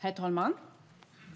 Herr talman!